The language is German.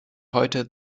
heute